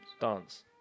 dance